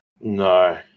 No